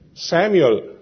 Samuel